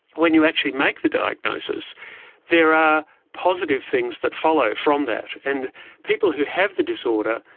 when you actually make the diagnosis there are positive things that follow from that. and people who have the disorder,